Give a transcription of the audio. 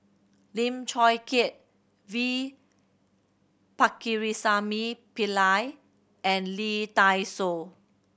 Lim Chong Keat V Pakirisamy Pillai and Lee Dai Soh